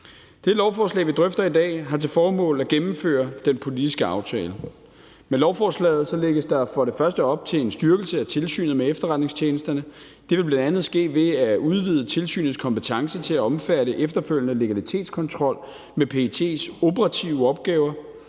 Det lovforslag, vi drøfter i dag, har til formål at gennemføre den politiske aftale. Med lovforslaget lægges der for det første op til en styrkelse af Tilsynet med Efterretningstjenesterne. Det vil bl.a. ske ved at udvide tilsynets kompetence til at omfatte efterfølgende legalitetskontrol med PET's operative opgaver.